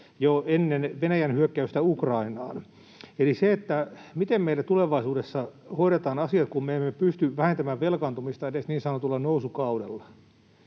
ja ennen Venäjän hyökkäystä Ukrainaan. Eli miten meillä tulevaisuudessa hoidetaan asiat, kun me emme pysty vähentämään velkaantumista edes niin sanotulla nousukaudella?